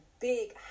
big